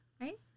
right